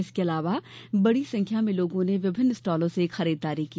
इसके अलावा बड़ी संख्या में लोगों ने विभिन्न स्टॉलों से खरीददारी की